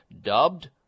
Dubbed